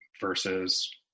versus